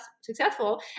successful